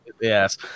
yes